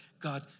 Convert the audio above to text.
God